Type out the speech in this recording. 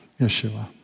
Yeshua